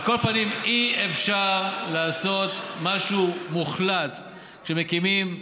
על כל פנים, אי-אפשר לעשות משהו מוחלט כשמקימים.